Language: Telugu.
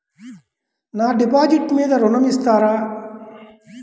నా డిపాజిట్ మీద ఋణం ఇస్తారా?